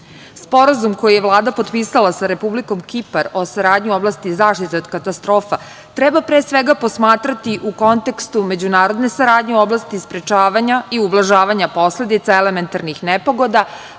zaštiti. Sporazum koji je Vlada potpisala sa Republikom Kipar o saradnji u oblasti zaštite od katastrofa treba, pre svega, posmatrati u kontekstu međunarodne saradnje u oblasti sprečavanja i ublažavanja posledica elementarnih nepogoda,